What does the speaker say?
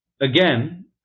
again